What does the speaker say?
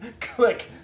click